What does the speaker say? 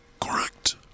Correct